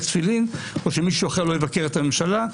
תפילין או שמישהו אחר לא יבקר את הממשלה.